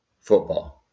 football